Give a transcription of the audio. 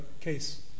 case